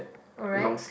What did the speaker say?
alright